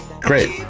great